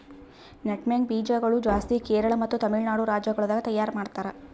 nutmeg ಬೀಜ ಗೊಳ್ ಜಾಸ್ತಿ ಕೇರಳ ಮತ್ತ ತಮಿಳುನಾಡು ರಾಜ್ಯ ಗೊಳ್ದಾಗ್ ತೈಯಾರ್ ಮಾಡ್ತಾರ್